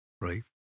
right